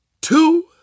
two